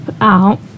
out